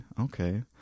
Okay